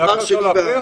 אסיים.